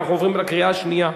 אנחנו עוברים לקריאה השנייה.